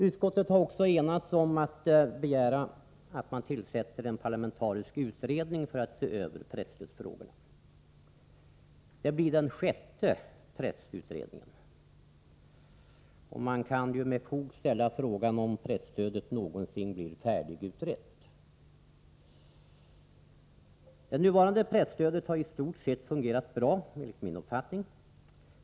Utskottet har också enats om att begära tillsättande av en parlamentarisk utredning för att se över presstödsfrågorna. Det blir den sjätte pressutredningen, och man kan med fog ställa frågan om presstödet någonsin blir färdigutrett. Det nuvarande presstödet har enligt min uppfattning i stort sett fungerat bra.